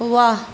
वाह